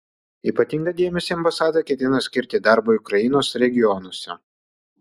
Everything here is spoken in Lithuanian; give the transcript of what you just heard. ypatingą dėmesį ambasada ketina skirti darbui ukrainos regionuose